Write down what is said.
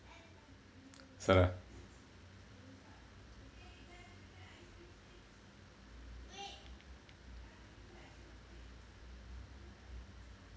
sala